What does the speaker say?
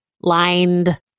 lined